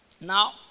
now